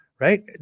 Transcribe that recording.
Right